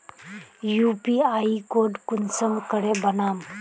UPI code कुंसम करे बनाम?